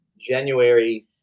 January